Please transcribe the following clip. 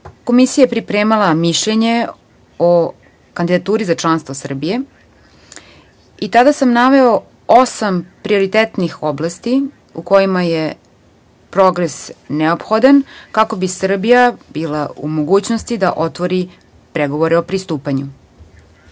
Komisija je pripremala mišljenje o kandidaturi za članstvo Srbije i tada sam naveo osam prioritetnih oblasti u kojima je progres neophodan, kako bi Srbija bila u mogućnosti da otvori pregovore o pristupanju. Bili